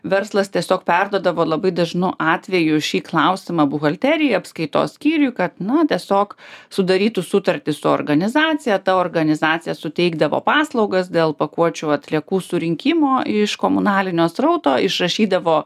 verslas tiesiog perduodavo labai dažnu atveju šį klausimą buhalterijai apskaitos skyriui kad na tiesiog sudarytų sutartį su organizacija ta organizacija suteikdavo paslaugas dėl pakuočių atliekų surinkimo iš komunalinio srauto išrašydavo